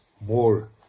more